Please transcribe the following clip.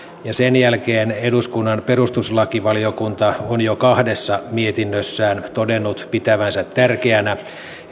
ja sen jälkeen eduskunnan perustuslakivaliokunta on jo kahdessa mietinnössään todennut pitävänsä tärkeänä